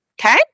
Okay